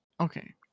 okay